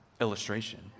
illustration